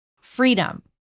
freedom